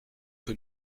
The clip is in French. que